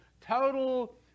total